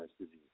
disease